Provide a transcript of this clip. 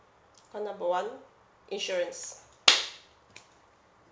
call number one insurance